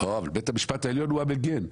בית המשפט העליון הוא המגן.